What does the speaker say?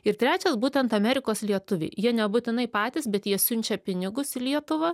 ir trečias būtent amerikos lietuviai jie nebūtinai patys bet jie siunčia pinigus į lietuvą